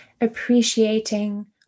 appreciating